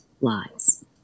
lies